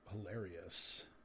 hilarious